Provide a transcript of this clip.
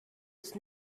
ist